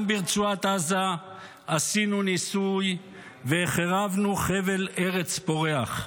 גם ברצועת עזה עשינו ניסוי והחרבנו חבל ארץ פורח,